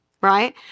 right